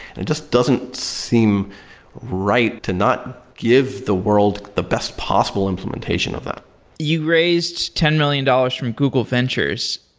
it just doesn't seem right to not give the world the best possible implementation of that you raised ten million dollars from google ventures.